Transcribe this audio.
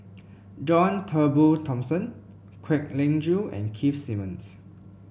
John Turnbull Thomson Kwek Leng Joo and Keith Simmons